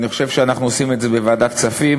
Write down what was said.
אני חושב שאנחנו עושים את זה בוועדת הכספים,